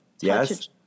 Yes